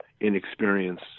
inexperience